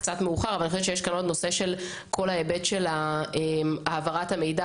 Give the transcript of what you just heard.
לנו כאן גם את הנושא של העברת המידע,